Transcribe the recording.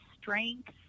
strength